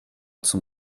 zum